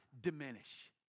diminish